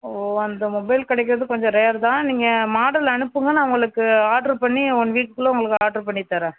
ஓ அந்த மொபைல் கிடைக்கறது கொஞ்சம் ரேர் தான் நீங்கள் மாடல் அனுப்புங்க நான் உங்களுக்கு ஆர்டர் பண்ணி ஒன் வீக்குக்குள்ளே உங்களுக்கு ஆர்டர் பண்ணித் தரேன்